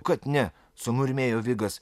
kad ne sumurmėjo vigas